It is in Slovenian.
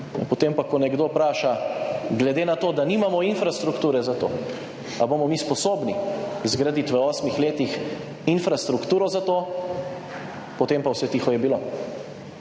Potem pa, ko nekdo vpraša, glede na to, da nimamo infrastrukture za to, ali bomo mi sposobni zgraditi v 8 letih infrastrukturo za to, potem pa vse tiho je bilo.